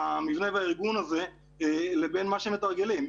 במבנה והארגון הזה לבין מה שמתרגלים.